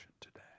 today